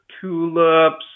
tulips